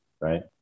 right